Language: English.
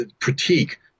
critique